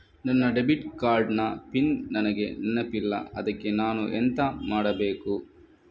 ನನ್ನ debit card ನ PIN ನನಗೆ ನೆನಪಿಲ್ಲ ಅದ್ಕೆ ನಾನು ಎಂತ ಮಾಡಬೇಕು?